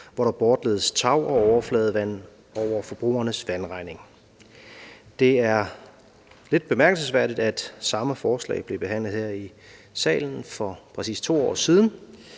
hvor der bortledes tag- og overfladevand, over forbrugernes vandregning. Det er lidt bemærkelsesværdigt, at samme forslag blev behandlet her i salen for præcis 2 år siden.